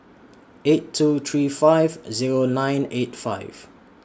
eight two three five Zero nine eight five